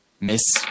Miss